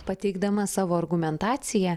pateikdama savo argumentaciją